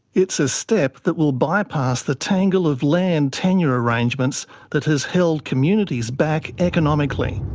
it's a step that will bypass the tangle of land tenure arrangements that has held communities back economically.